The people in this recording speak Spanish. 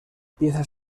pieza